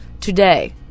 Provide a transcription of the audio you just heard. today